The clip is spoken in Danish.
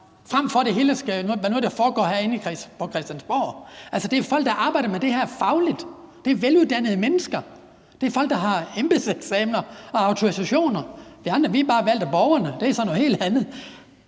frem for at det hele skal være noget, der foregår herinde på Christiansborg. Altså, det er jo folk, der arbejder med det her fagligt, det er veluddannede mennesker, det er folk med embedseksamen og autorisation. Vi andre er bare valgt af borgerne, det er så noget helt andet.